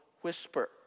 whisper